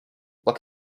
look